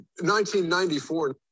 1994